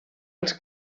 als